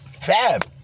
Fab